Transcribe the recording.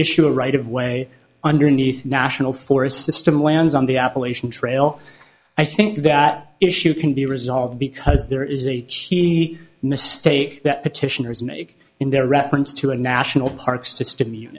issue a right of way underneath national forest system lands on the appalachian trail i think that issue can be resolved because there is a key mistake that petitioners make in their reference to a national park